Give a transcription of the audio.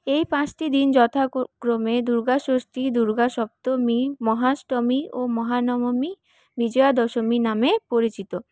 এই পাঁচটি দিন যথা ক্রমে দুর্গা ষষ্ঠী দুর্গা সপ্তমী মহাষ্টমী মহানবমী বিজয়া দশমী নামে পরিচিত